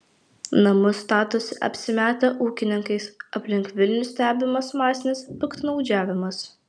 namus statosi apsimetę ūkininkais aplink vilnių stebimas masinis piktnaudžiavimas